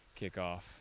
kickoff